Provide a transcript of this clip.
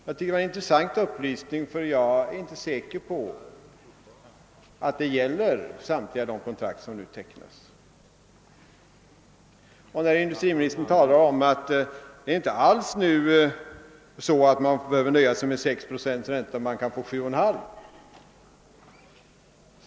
Jag tycker det var en intressant upplysning, men jag är inte säker på att den kan gälla samtliga de kontrakt som nu tecknas. Industriministern sade att det inte alls är så att man behöver nöja sig med 6 procents ränta nu utan att man kan :få 7,5.